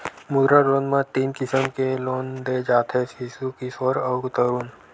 मुद्रा लोन म तीन किसम ले लोन दे जाथे सिसु, किसोर अउ तरून